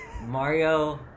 Mario